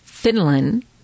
Finland